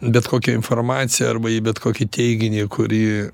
bet kokią informaciją arba į bet kokį teiginį kurį